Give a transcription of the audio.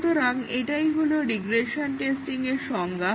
সুতরাং এটাই হলো রিগ্রেশন টেস্টিংয়ের সংজ্ঞা